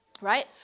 Right